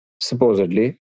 supposedly